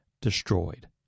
destroyed